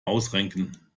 ausrenken